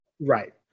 Right